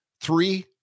three